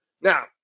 now